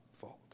fault